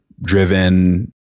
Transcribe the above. driven